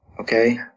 okay